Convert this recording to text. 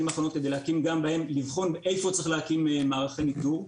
האחרונות כדי לבחון איפה צריך להקים מערכי ניטור.